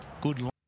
Good